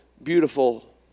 Beautiful